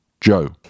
joe